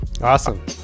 Awesome